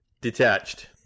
Detached